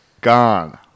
Gone